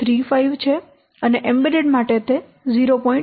35 છે અને embedded mode માટે તે 0